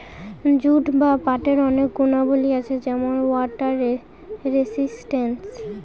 jute বা পাটের অনেক গুণাবলী আছে যেমন ওয়াটার রেসিস্টেন্ট